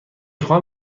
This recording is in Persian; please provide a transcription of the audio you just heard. خواهم